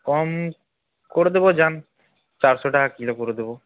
কম করে দেব যান চারশো টাকা কিলো করে দেব